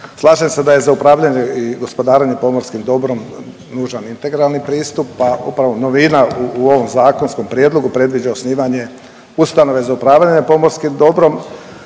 Slažem se da je za upravljanje i gospodarenje pomorskim dobrom nužan integralni pristup, pa upravo novina u ovom zakonskom prijedlogu predviđa osnivanje ustanove za upravljanje pomorskim dobrom,